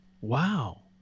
wow